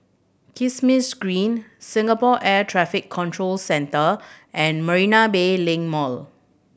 Kismis Green Singapore Air Traffic Control Centre and Marina Bay Link Mall